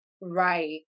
Right